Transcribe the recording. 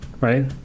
right